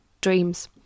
dreams